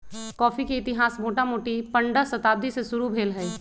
coffee के इतिहास मोटामोटी पंडह शताब्दी से शुरू भेल हइ